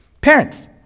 Parents